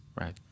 right